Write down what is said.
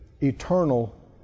eternal